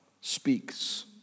speaks